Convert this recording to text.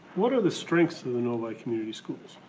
what are the strengths of the novi community schools?